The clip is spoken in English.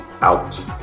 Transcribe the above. out